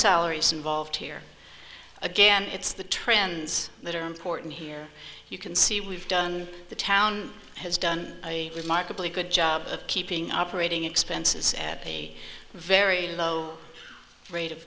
salaries involved here again it's the trends that are important here you can see we've done the town has done a remarkably good job of keeping operating expenses at a very low rate of